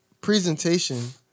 presentation